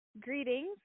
Greetings